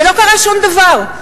ולא קרה שום דבר,